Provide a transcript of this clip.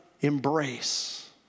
embrace